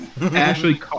Ashley